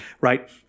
right